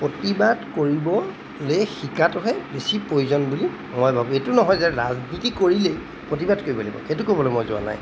প্ৰতিবাদ কৰিবলৈ শিকাটোহে বেছি প্ৰয়োজন বুলি মই ভাবোঁ এইটো নহয় যে ৰাজনীতি কৰিলেই প্ৰতিবাদ কৰিব লাগিব সেইটো ক'বলৈ মই যোৱা নাই